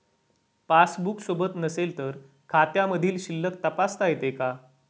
Passbook सोबत नसेल तर खात्यामधील शिल्लक तपासता येते का?